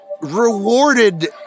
rewarded